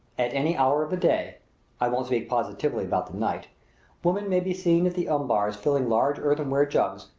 at any hour of the day i won't speak positively about the night women may be seen at the unbars filling large earthenware jugs,